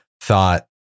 thought